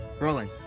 Rolling